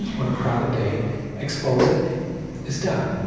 on a crowded day expose it it's done.